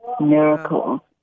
Miracle